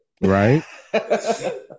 Right